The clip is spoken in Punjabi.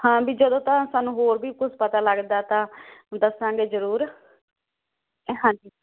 ਹਾਂ ਵੀ ਜਦੋਂ ਤਾਂ ਸਾਨੂੰ ਹੋਰ ਵੀ ਕੁਝ ਪਤਾ ਲੱਗਦਾ ਤਾਂ ਦੱਸਾਂਗੇ ਜਰੂਰ ਹਾਂਜੀ